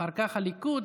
אחר כך הליכוד,